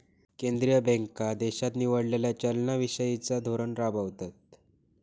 केंद्रीय बँका देशान निवडलेला चलना विषयिचा धोरण राबवतत